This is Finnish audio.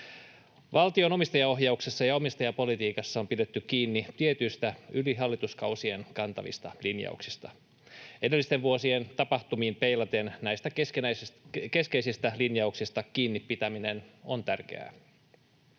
Valtion omistajaohjauksessa ja omistajapolitiikassa on pidetty kiinni tietyistä, yli hallituskausien kantavista linjauksista. Edellisten vuosien tapahtumiin peilaten näistä keskeisistä linjauksista kiinni pitäminen on tärkeää.